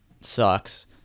sucks